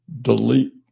delete